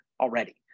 already